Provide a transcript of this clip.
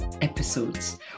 episodes